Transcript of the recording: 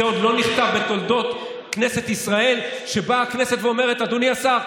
עוד לא נכתב בתולדות כנסת ישראל שבאה הכנסת ואומרת: אדוני השר,